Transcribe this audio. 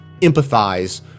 empathize